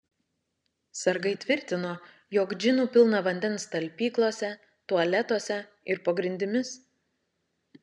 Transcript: sargai tvirtino jog džinų pilna vandens talpyklose tualetuose ir po grindimis